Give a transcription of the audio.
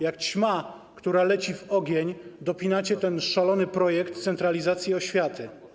Jak ćma, która leci w ogień, dopinacie ten szalony projekt centralizacji oświaty.